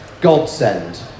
godsend